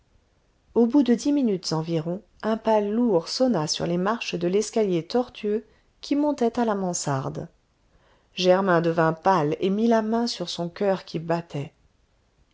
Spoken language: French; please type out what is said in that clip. au bout de dix minutes environ un pas lourd sonna sur les marches de l'escalier tortueux qui montait à la mansarde germain devint pâle et mit le main sur son coeur qui battait